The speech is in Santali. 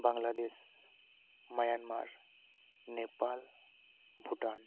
ᱵᱟᱝᱞᱟᱫᱮᱥ ᱢᱟᱭᱟᱱᱢᱟᱨ ᱱᱮᱯᱟᱱ ᱵᱷᱩᱴᱟᱱ